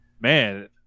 Man